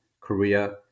Korea